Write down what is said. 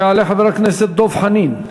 יעלה חבר הכנסת דב חנין.